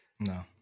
No